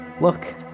Look